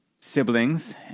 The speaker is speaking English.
siblings